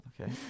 Okay